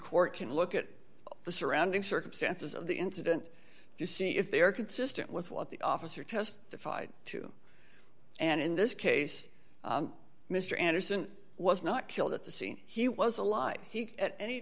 court can look at the surrounding circumstances of the incident to see if they are consistent with what the officer testified to and in this case mr anderson was not killed at the scene he was alive he at any